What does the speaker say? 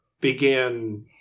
began